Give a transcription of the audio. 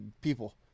people